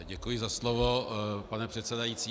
Děkuji za slovo, pane předsedající.